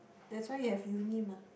that's why you have uni mah